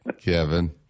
Kevin